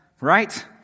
Right